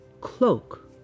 cloak